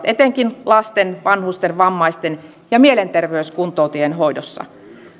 etenkin lasten vanhusten vammaisten ja mielenterveyskuntoutujien hoidossa